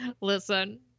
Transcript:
Listen